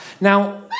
Now